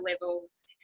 levels